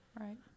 Right